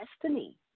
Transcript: destiny